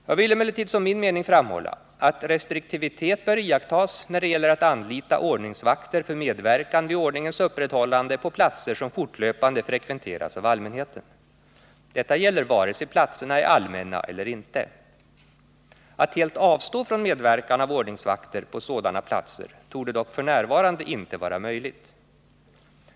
Jag vill emellertid som min mening framhålla att restriktivitet bör iakttas när det gäller att anlita ordningsvakter för medverkan vid ordningens upprätthållande på platser som fortlöpande frekventeras av allmänheten, Detta gäller vare sig platserna är allmänna eller inte. Att helt avstå från medverkan av ordningsvakter på sådana platser torde dock f.n. inte vara möjligt.